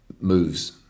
moves